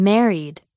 Married